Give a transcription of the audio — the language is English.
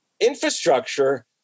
infrastructure